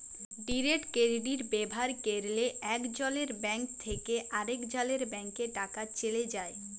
direct credit ব্যাভার ক্যরলে একজলের ব্যাংক থ্যাকে আরেকজলের ব্যাংকে টাকা চ্যলে যায়